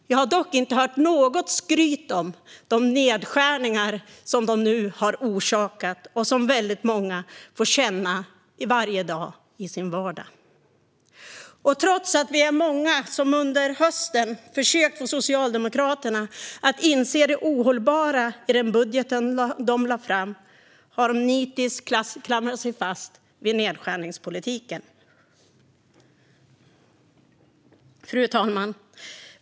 Jag har dock inte hört något skryt om de nedskärningar som man nu har orsakat och som väldigt många känner av varje dag, i sin vardag. Och trots att vi är många som under hösten försökt få Socialdemokraterna att inse det ohållbara i den budget de lagt fram har de nitiskt klamrat sig fast vid nedskärningspolitiken. Fru talman!